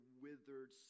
withered